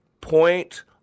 point